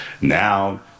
Now